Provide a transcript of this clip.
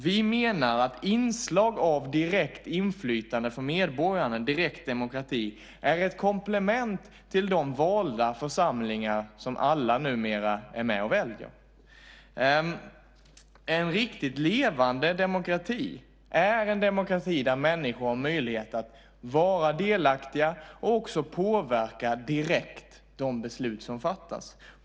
Vi menar att inslag av direkt inflytande från medborgarna, direkt demokrati, är ett komplement till de valda församlingar som alla numera är med och väljer. En riktigt levande demokrati är en demokrati där människor har möjlighet att vara delaktiga och också direkt påverka de beslut som fattas.